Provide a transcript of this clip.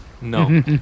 No